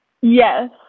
Yes